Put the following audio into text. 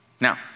Now